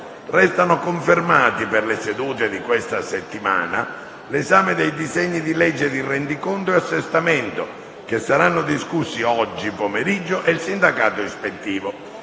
Restano confermati per le sedute di questa settimana l'esame dei disegni legge di rendiconto e assestamento - che saranno discussi oggi pomeriggio - e il sindacato ispettivo.